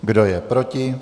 Kdo je proti?